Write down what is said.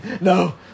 No